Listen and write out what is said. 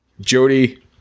jody